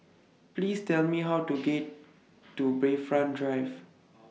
Please Tell Me How to get to Bayfront Drive